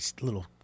little